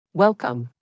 Welcome